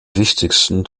wichtigsten